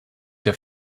der